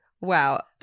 Wow